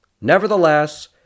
Nevertheless